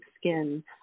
skin